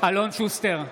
אלון שוסטר,